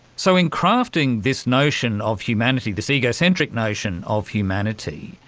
so in crafting this notion of humanity, this egocentric notion of humanity,